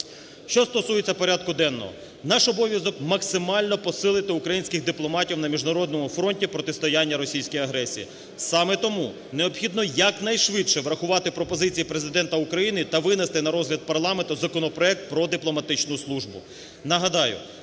Що стосується порядку денного. Наш обов'язок – максимально посилити українських дипломатів на міжнародному фронті протистояння російській агресії. Саме тому необхідно якнайшвидше врахувати пропозиції Президента України та винести на розгляд парламенту законопроект про дипломатичну службу.